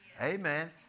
Amen